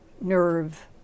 nerve